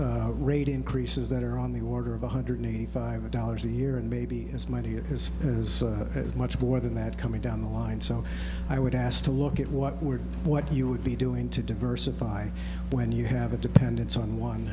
is rate increases that are on the order of one hundred eighty five dollars a year and maybe as mine here has as much more than that coming down the line so i would ask to look at what we're what you would be doing to diversify when you have a dependence on one